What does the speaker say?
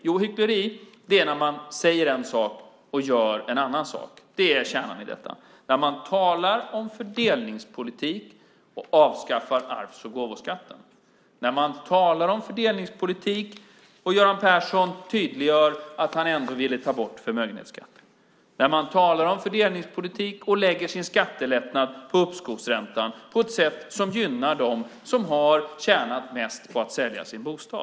Jo, hyckleri är när man säger en sak och gör en annan sak. Det är kärnan i detta - när man talar om fördelningspolitik och avskaffar arvs och gåvoskatten, när man talar om fördelningspolitik, och Göran Persson tydliggör att han ändå ville ta bort förmögenhetsskatten, när man talar om fördelningspolitik och lägger sin skattelättnad på uppskovsräntan på ett sätt som gynnar dem som har tjänat mest på att sälja sin bostad.